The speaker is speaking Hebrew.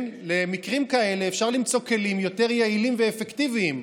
למקרים כאלה אפשר למצוא כלים יותר יעילים ואפקטיביים,